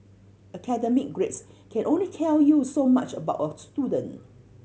academic grades can only tell you so much about a student